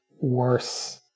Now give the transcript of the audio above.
worse